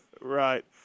Right